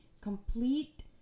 complete